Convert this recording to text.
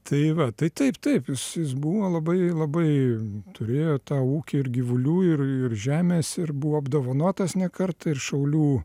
tai va tai taip taip jis buvo labai labai turėjo tą ūkį ir gyvulių ir žemės ir buvo apdovanotas ne kartą ir šaulių